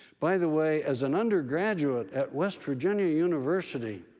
by the way, as an undergraduate at west virginia university,